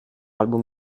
album